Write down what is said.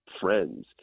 friends